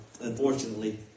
unfortunately